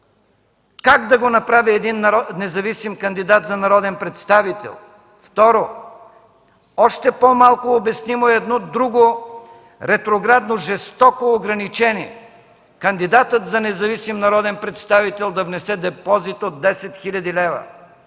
Как да го направи един кандидат за независим народен представител? Второ, още по-малко обяснимо е едно друго ретроградно, жестоко ограничение! Кандидатът за независим народен представител да внесе депозит от 10 хил. лв.